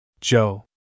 Joe